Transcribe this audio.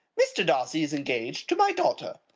mr. darcy is engaged to my daughter.